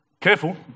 Careful